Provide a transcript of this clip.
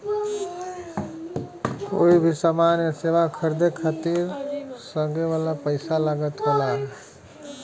कोई भी समान या सेवा के खरीदे खातिर लगे वाला पइसा लागत होला